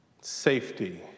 Safety